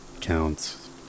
counts